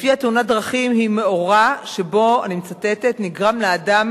שלפיה תאונת דרכים היא "מאורע שבו נגרם לאדם